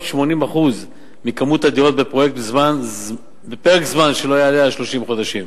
80% מכמות הדירות בפרויקט בפרק זמן שלא יעלה על 30 חודשים.